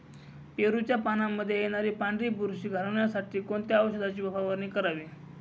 पेरूच्या पानांमागे येणारी पांढरी बुरशी घालवण्यासाठी कोणत्या औषधाची फवारणी करावी?